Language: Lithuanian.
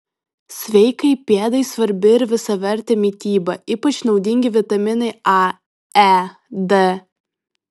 sveikai pėdai svarbi ir visavertė mityba ypač naudingi vitaminai a e d